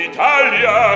Italia